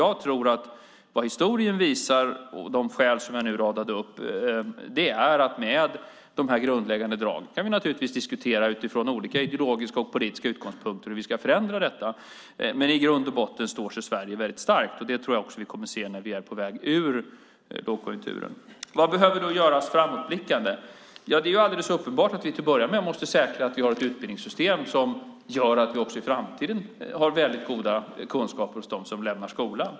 Jag tror att vad historien visar och de skäl som jag nu radade upp är att med de här grundläggande dragen kan vi naturligtvis diskutera utifrån olika ideologiska och politiska utgångspunkter hur vi ska förändra detta, men i grund och botten står sig Sverige starkt. Det tror jag också att vi kommer att se när vi är på väg ur lågkonjunkturen. Vad behöver då göras om vi blickar framåt? Det är alldeles uppenbart att vi till att börja med måste säkra att vi har ett utbildningssystem som gör att de som lämnar skolan har väldigt goda kunskaper också i framtiden.